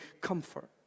Comfort